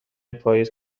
پائیز